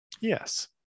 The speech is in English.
yes